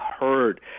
heard